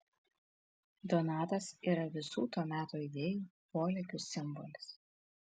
donatas yra visų to meto idėjų polėkių simbolis